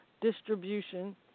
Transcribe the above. distribution